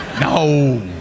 No